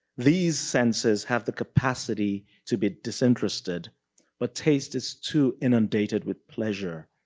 these senses have the capacity to be disinterested but taste is too inundated with pleasure.